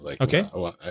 Okay